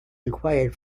required